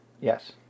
Yes